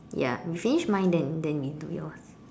ya we finish mine then then we do yours